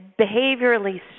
behaviorally